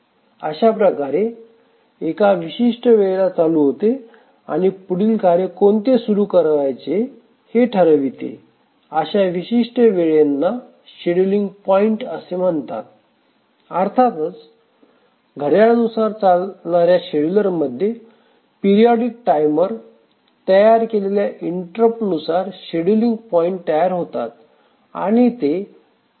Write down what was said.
अशाप्रकारे एका विशिष्ट वेळेला चालू होते आणि आता पुढील कार्य कोणते सुरू करायचे हे ठरविते अशा विशिष्ट वेळांना शेड्युलिंग पॉइंट असे म्हणतात अर्थातच घड्याळानुसार चालणाऱ्या शेड्युलरमध्ये मध्ये पिरीओडिक टायमर तयार केलेल्या इंटरप्टनुसार शेड्युलिंग पॉइंट तयार होतात